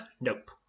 nope